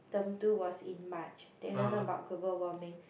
term two was in March they learn about global warming